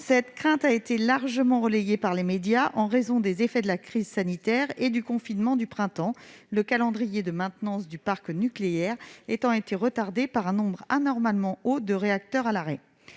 Cette crainte a été largement relayée par les médias en raison des effets de la crise sanitaire et du confinement du printemps dernier, le calendrier de maintenance du parc nucléaire ayant été retardé avec un nombre anormalement haut de réacteurs à l'arrêt.